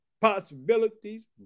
possibilities